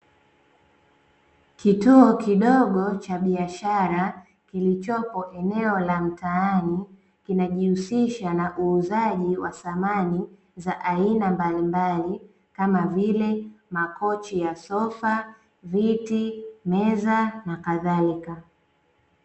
Kituo kidogo cha biashara kilichopo eneo la mtaani kinajihusisha uuzaji wa samani za aina mbalimbali kama vile makochi ya sofa, viti, meza nakadhalika.